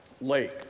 lake